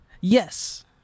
Yes